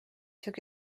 took